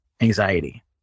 anxiety